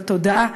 בתודעה,